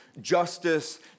justice